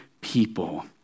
people